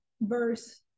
verse